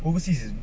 overseas is it